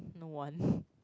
don't want